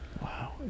Wow